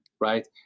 right